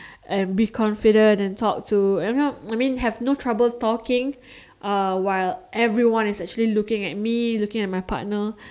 and be confident and talk to you know I mean have no trouble talking uh while everyone is actually looking at me looking at my partner